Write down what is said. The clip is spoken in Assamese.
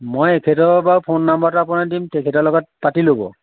মই এখেতৰ বাৰু ফোন নাম্বাৰটো আপোনাক দিম তেখেতৰ লগত পাতি ল'ব